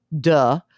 Duh